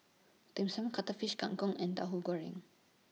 Dim Sum Cuttlefish Kang Kong and Tauhu Goreng